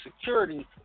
security